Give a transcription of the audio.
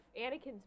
Anakin's